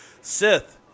Sith